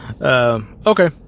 Okay